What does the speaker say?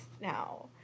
now